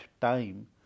time